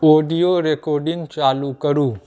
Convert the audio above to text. audio recording चालू करू